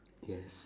yes